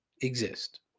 exist